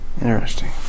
Interesting